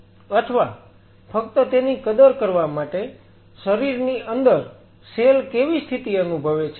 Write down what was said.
અથવા ફક્ત તેની કદર કરવા માટે શરીરની અંદર સેલ કેવી સ્થિતિ અનુભવે છે